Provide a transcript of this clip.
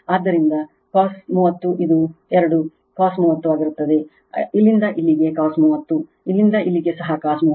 ಆದ್ದರಿಂದ cos 30 ಇದು 2 cos 30 ಆಗಿರುತ್ತದೆ ಇಲ್ಲಿಂದ ಇಲ್ಲಿಗೆ cos 30 ಇಲ್ಲಿಂದ ಇಲ್ಲಿಗೆ ಸಹ cos 30